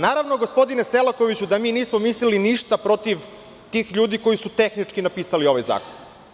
Naravno gospodine Selakoviću, da mi nismo mislili ništa protiv tih ljudi koji su tehnički napisali ovaj zakon.